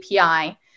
API